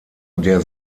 der